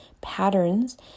patterns